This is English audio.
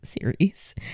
series